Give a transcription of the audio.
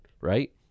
right